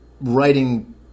writing